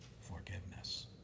forgiveness